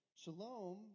shalom